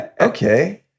Okay